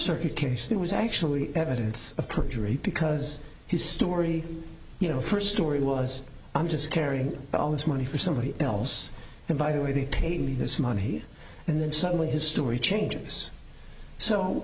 circuit case that was actually evidence of perjury because his story you know first story was i'm just carrying all this money for somebody else and by the way he paid me this money and then suddenly his story changes so